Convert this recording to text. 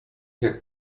jak